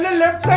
left